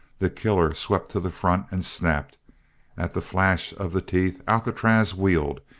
the killer swept to the front and snapped at the flash of the teeth alcatraz wheeled,